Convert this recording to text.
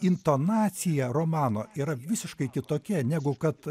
intonacija romano yra visiškai kitokia negu kad